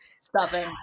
stuffing